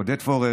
עודד פורר,